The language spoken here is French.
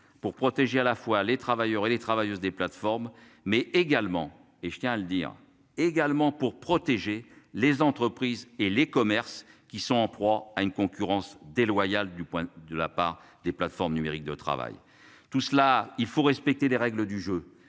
pour protéger à la fois les travailleurs et les travailleuses des plateformes mais également et je tiens à le dire également pour protéger les entreprises et les commerces qui sont en proie à une concurrence déloyale du point de la part des plateformes numériques de travail, tout cela, il faut respecter les règles du jeu